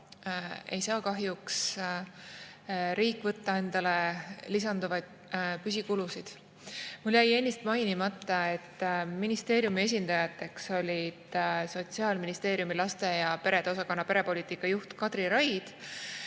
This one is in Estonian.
riik kahjuks võtta enda kanda uusi püsikulusid. Mul jäi ennist mainimata, et ministeeriumi esindajateks olid Sotsiaalministeeriumi laste ja perede osakonna perepoliitika juht Kadri Raid